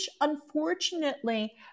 unfortunately